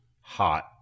hot